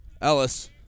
Ellis